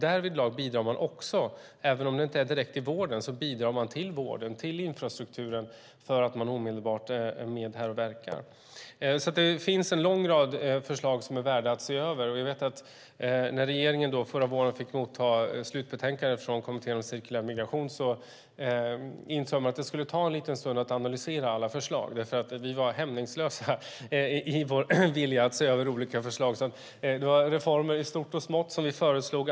Därvidlag bidrar man också, även om det inte är direkt i vården är det till vården, till infrastrukturen, därför att man omedelbart är med och verkar. Det finns en lång rad förslag som är värda att se över. Jag vet att när regeringen förra våren fick motta slutbetänkandet från Kommittén om cirkulär migration insåg man att det skulle ta en liten stund att analysera alla förslag. Vi var hämningslösa i vår vilja att se över olika förslag. Det var reformer i stort och smått som vi föreslog.